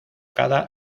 cada